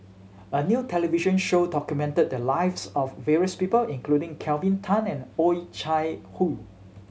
a new television show documented the lives of various people including Kelvin Tan and Oh Chai Hoo